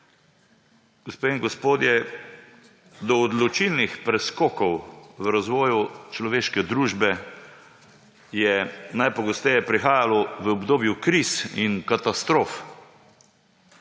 Gospe in gospodje, do odločilnih preskokov v razvoju človeške družbe je najpogosteje prihajalo v obdobju kriz in katastrof.